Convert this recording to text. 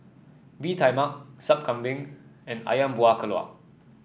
Bee Tai Mak Sup Kambing and ayam Buah Keluak